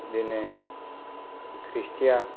बिदिनो खृष्टियान